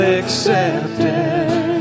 accepted